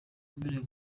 yemerewe